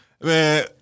Man